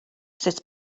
sut